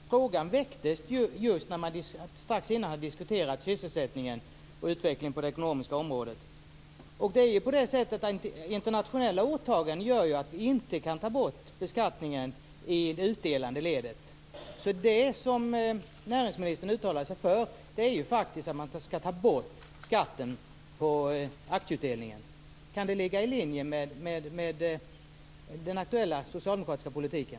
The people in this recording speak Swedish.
Herr talman! Frågan väcktes ju strax innan man diskuterade sysselsättningen och utvecklingen på det ekonomiska området. Internationella åtaganden gör ju att vi inte kan ta bort beskattningen i det utdelande ledet. Det som näringsministern uttalade sig för var ju att man skall ta bort skatten på aktieutdelningar. Kan det ligga i linje med den aktuella socialdemokratiska politiken?